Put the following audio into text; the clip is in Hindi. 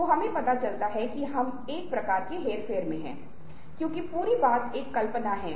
जिन पाँच आयामों का मैंने उल्लेख किया है